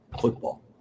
football